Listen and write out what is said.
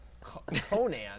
Conan